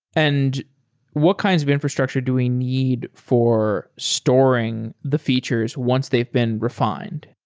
and what kinds of infrastructure do we need for storing the features once they've been refined?